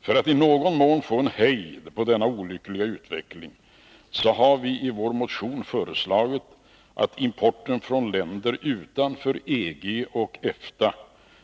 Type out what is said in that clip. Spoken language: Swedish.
För att i någon mån få en hejd på denna olyckliga utveckling har vi i vår motion föreslagit att importen från länder utanför EG och EFTA